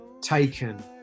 taken